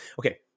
Okay